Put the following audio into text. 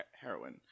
Heroin